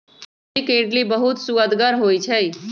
सूज्ज़ी के इडली बहुत सुअदगर होइ छइ